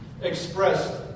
expressed